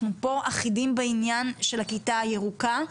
אנחנו פה אחידים בעניין של הכיתה הירוקה.